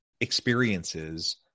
experiences